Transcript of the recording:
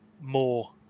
more